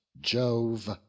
Jove